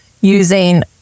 using